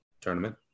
tournament